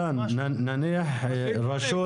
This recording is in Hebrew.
נניח רשות